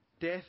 Death